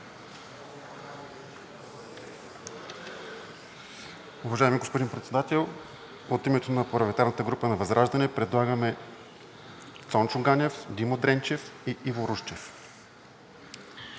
Уважаеми господин Председател, от името на парламентарната група на ВЪЗРАЖДАНЕ предлагаме Цончо Ганев, Димо Дренчев и Иво Русчев.